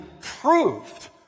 proved